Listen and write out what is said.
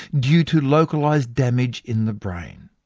due to localized damage in the brain.